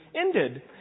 ended